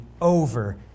over